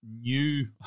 new